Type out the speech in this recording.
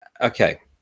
Okay